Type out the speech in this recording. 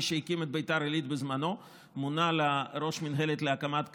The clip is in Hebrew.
מי שהקים את בית"ר עלית בזמנו מונה לראש מינהלת להקמת כסיף,